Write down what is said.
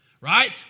right